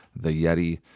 theyeti